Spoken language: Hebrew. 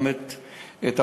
גם את אבו-גוש,